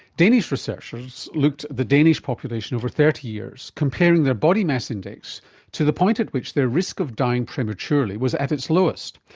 danish researchers looked at the danish population over thirty years, comparing their body mass index to the point at which their risk of dying prematurely was at its lowest.